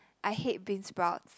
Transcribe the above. I hate beansprouts